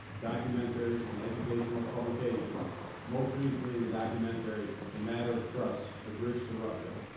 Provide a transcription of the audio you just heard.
documentaries and educational publications most recently in the documentary a matter of trust the bridge to russia.